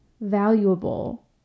valuable